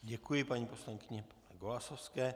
Děkuji paní poslankyni Golasowské.